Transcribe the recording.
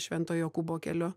švento jokūbo keliu